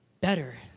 better